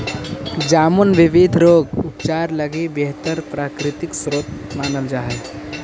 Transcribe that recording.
जामुन विविध रोग के उपचार लगी बेहतर प्राकृतिक स्रोत मानल जा हइ